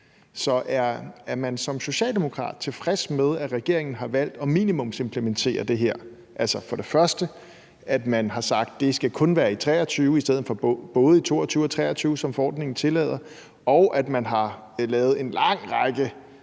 Så er man som socialdemokrat tilfreds med, at regeringen har valgt at minimumsimplementere det her, altså at man for det første har sagt, at det kun skal være i 2023 i stedet for både i 2022 og 2023, hvilket forordningen tillader, og at man for det andet har lavet en lang række